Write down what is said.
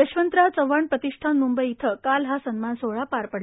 यशवंतराव चव्हाण प्रतिष्ठान मुंबई येथे काल हा सन्मान सोहळा पार पडला